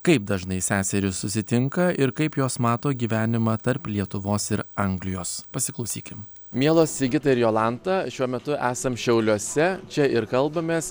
kaip dažnai seserys susitinka ir kaip jos mato gyvenimą tarp lietuvos ir anglijos pasiklausykim mielos sigita ir jolanta šiuo metu esam šiauliuose čia ir kalbamės